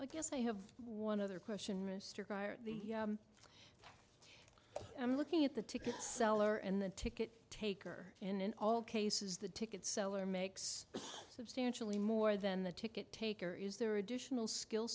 i guess they have one other question mr grier i'm looking at the ticket seller and the ticket taker and in all cases the ticket seller makes substantially more than the ticket taker is there additional skill